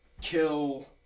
kill